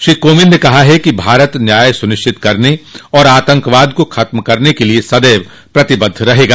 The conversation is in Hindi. श्री कोविंद ने कहा है कि भारत न्याय सुनिश्चित करने और आतंकवाद को खत्म करने के लिए सदैव प्रतिबद्ध रहेगा